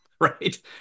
right